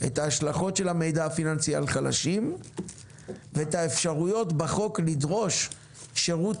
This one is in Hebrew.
את ההשלכות של המידע הפיננסי על חלשים ואת האפשרויות בחוק לדרוש שירות